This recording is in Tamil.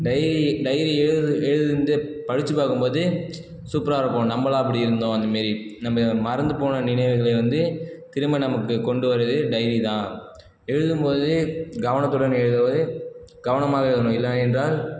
டைரி டைரி எழுது எழுதுனத படித்து பார்க்கம் போது சூப்பராக இருக்கும் நம்மளா இப்படி இருந்தோம் அந்த மாரி நம்ம மறந்து போன நினைவுகளை வந்து திரும்ப நமக்கு கொண்டு வரது டைரி தான் எழுதும் போது கவனத்துடன் எழுதுவது கவனமாக எழுதணும் இல்லையென்றால்